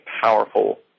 powerful